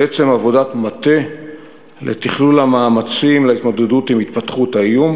בעצם עבודת מטה לתכלול המאמצים להתמודדות עם התפתחות האיום,